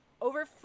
Over